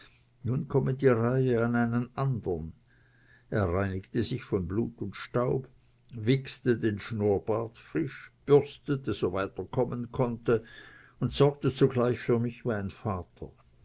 nun komme die reihe an einen andern er reinigte sich von blut und staub wichste den schnurrbart frisch bürstete so weit er kommen konnte und sorgte zugleich für mich wie ein vater